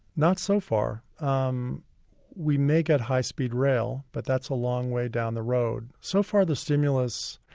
not so far. um we may get high-speed rail, but that's a long way down the road. so far, the stimulus,